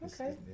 Okay